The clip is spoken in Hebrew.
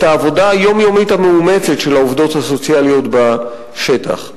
העבודה היומיומית המאומצת של העובדות הסוציאליות בשטח.